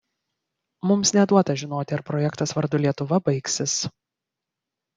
mums neduota žinoti ar projektas vardu lietuva baigsis